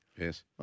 Yes